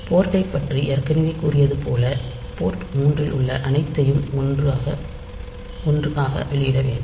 board type பற்றி ஏற்கனவே கூறியதைப்போல போர்ட் 3 ல் உள்ள அனைத்தையும் ஒன்று ஆக வெளியிட வேண்டும்